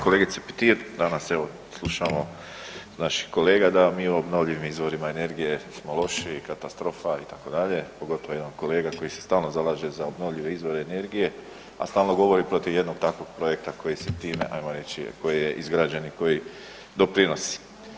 Kolegice Petir, danas slušamo od naših kolega da mi o obnovljivim izvorima energije smo loši, katastrofa itd., pogotovo jedan kolega koji se stalno zalaže za obnovljive izvore energije, a stalno govori protiv jednog takvog projekta koji se tim ajmo reći, koji je izgrađen i koji doprinosi.